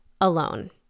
alone